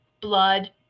blood